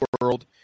world